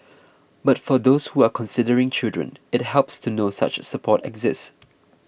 but for those who are considering children it helps to know such support exists